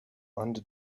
under